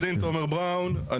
אני